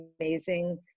amazing